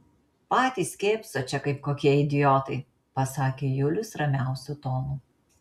patys kėpsot čia kaip kokie idiotai pasakė julius ramiausiu tonu